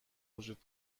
وجود